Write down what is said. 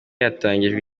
hatangijwe